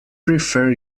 prefer